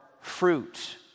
fruit